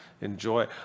enjoy